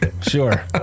Sure